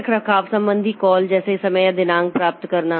फिर रखरखाव संबंधी कॉल जैसे समय या दिनांक प्राप्त करना